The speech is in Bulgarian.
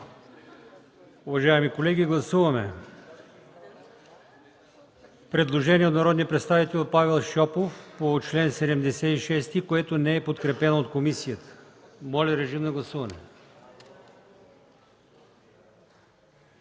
Уважаем колеги, гласуваме предложението на народния представител Павел Шопов по чл. 76, което не е подкрепено от комисията. Гласували